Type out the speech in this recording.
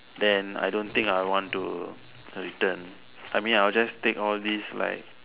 then I don't think I would want to return I mean I would just take all these like